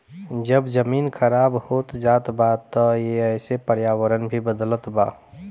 जब जमीन खराब होत जात बा त एसे पर्यावरण भी बदलत बा